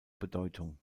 bedeutung